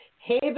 Hey